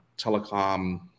telecom